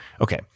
okay